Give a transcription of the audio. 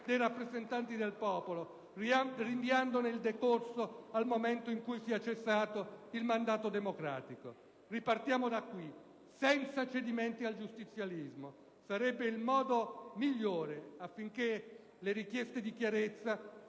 dei rappresentanti del popolo, rinviandone il decorso al momento in cui sia cessato il mandato democratico *(Applausi dal Gruppo* *PdL)*. Ripartiamo da qui, senza cedimenti al giustizialismo. Sarebbe il modo migliore affinché la richiesta di chiarezza